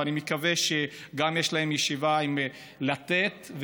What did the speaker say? ויש להם גם ישיבה עם לתת,